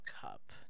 Cup